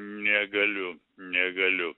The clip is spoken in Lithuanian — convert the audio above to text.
negaliu negaliu